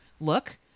look